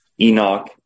Enoch